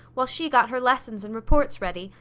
while she got her lessons and reports ready,